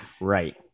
right